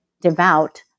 devout